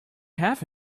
have